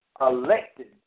elected